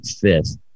fifth